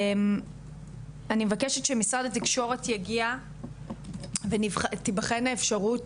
אני מבקשת שמשרד התקשורת יגיע ותבחן האפשרות